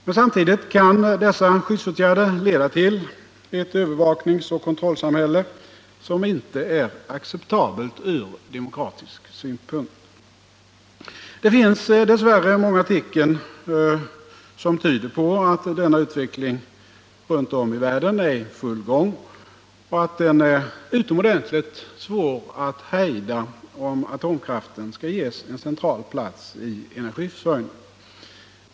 Men samtidigt kan dessa skyddsåtgärder leda till ett övervakningsoch kontrollsamhälle, som inte är acceptabelt ur demokratisk synpunkt. Det finns dess värre många tecken som tyder på att denna utveckling runt om i världen är i full gång och att den är utomordentligt svår att hejda om atomkraften skall ges en central plats när det gäller energiförsörjningen.